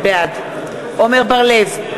בעד עמר בר-לב,